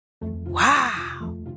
Wow